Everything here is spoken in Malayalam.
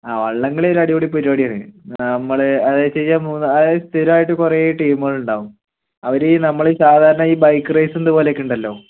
ആ വള്ളംകളി ഒരു അടിപൊളി പരിപാടിയാണ് നമ്മൾ അതു വെച്ചുകഴിഞ്ഞാൽ മൂന്ന് അത് സ്ഥിരമായിട്ട് കുറെ ടീമുകൾ ഉണ്ടാവും അവര് നമ്മൾ ഈ സാധാരണ ഈ ബൈക്ക് റേസ് എന്ന് പോലെ ഒക്കെ ഉണ്ടല്ലോ